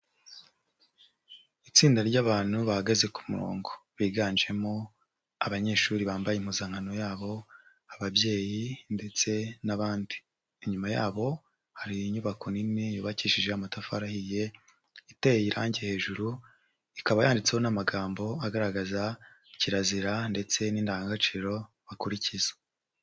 Itsinda ry'abantu bahagaze ku murongo biganjemo abanyeshuri bambaye impuzankano yabo, ababyeyi ndetse n'abandi, inyuma yabo hari inyubako nini yubakishije amatafari ahiye, iteye irange hejuru, ikaba yanditseho n'amagambo agaragaza kirazira ndetse n'indangagaciro bakurikiza.